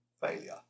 failure